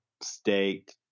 state